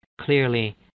Clearly